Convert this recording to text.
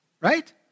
right